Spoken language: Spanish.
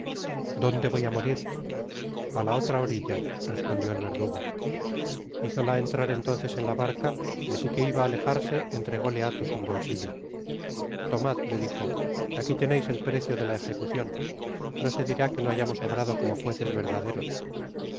dónde voy á morir a la otra orilla respondió el verdugo hizola entrar entonces en la barca y asi que iba á alejarse entrególe athos un bolsillo tomad le dijo aqui teneis el precio de la ejecucion no se dirá que no hayamos obrado como jueces verdaderos